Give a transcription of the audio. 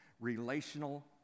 relational